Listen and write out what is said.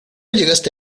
llegaste